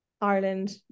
Ireland